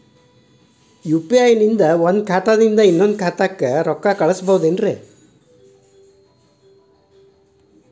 UPI ನಿಂದ ಒಂದ್ ಖಾತಾದಿಂದ ಇನ್ನೊಂದು ಖಾತಾಕ್ಕ ರೊಕ್ಕ ಹೆಂಗ್ ಕಳಸ್ಬೋದೇನ್ರಿ?